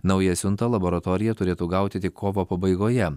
naują siuntą laboratorija turėtų gauti tik kovo pabaigoje